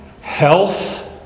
health